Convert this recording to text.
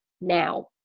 now